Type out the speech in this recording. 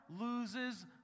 loses